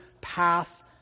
path